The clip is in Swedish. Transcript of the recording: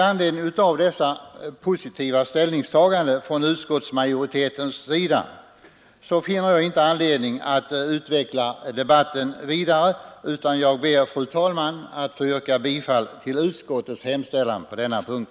tetens sida finner jag inget skäl att utveckla debatten vidare utan ber, fru talman, att få yrka bifall till utskottets hemställan på denna punkt.